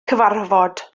cyfarfod